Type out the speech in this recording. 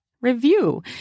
review